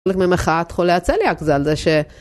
מחאת חולי הצליאק זה על זה ש…